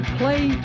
play